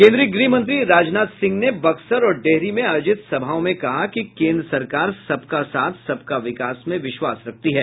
केंद्रीय गृह मंत्री राजनाथ सिंह ने बक्सर और डेहरी में आयोजित सभाओं में कहा कि केंद्र सरकार सबका साथ सबका विकास में विश्वास रखती है